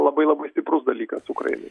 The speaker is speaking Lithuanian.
labai labai stiprus dalykas ukrainai